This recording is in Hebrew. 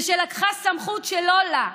ולקחה סמכות לא לה,